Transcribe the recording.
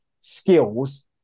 skills